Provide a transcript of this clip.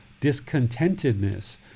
discontentedness